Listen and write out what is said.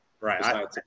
Right